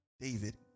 David